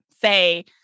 say